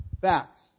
Facts